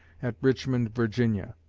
at richmond, virginia.